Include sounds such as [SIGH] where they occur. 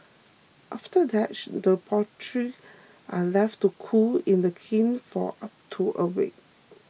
after that [UNINTELLIGIBLE] the pottery are left to cool in the kiln for up to a week